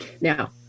Now